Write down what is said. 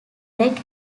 wreck